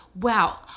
wow